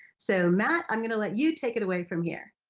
so matt i'm going to let you take it away from here.